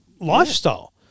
lifestyle